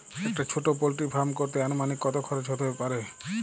একটা ছোটো poultry farm করতে আনুমানিক কত খরচ কত হতে পারে?